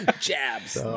Jabs